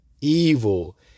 evil